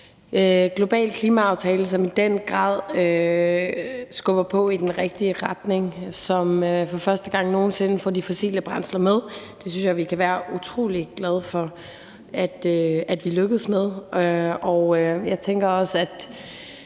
global klimaaftale, som i den grad skubber på i den rigtige retning, og som for første gang nogen sinde får de fossile brændsler med. Det synes jeg vi kan være utrolig glade for at vi lykkedes med. Jeg tænker også, at